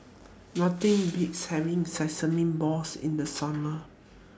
Nothing Beats having Sesame Balls in The Summer